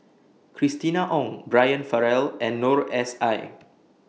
Christina Ong Brian Farrell and Noor S I